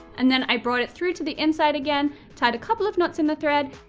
and then i brought it through to the inside again, tied a couple of knots in the thread